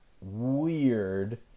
weird